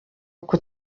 uko